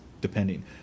depending